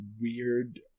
weird